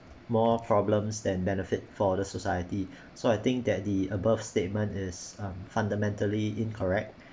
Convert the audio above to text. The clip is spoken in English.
more problems than benefit for the society so I think that the above statement is um fundamentally incorrect